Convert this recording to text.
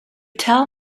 tell